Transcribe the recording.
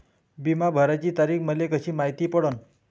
बिमा भराची तारीख मले कशी मायती पडन?